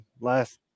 last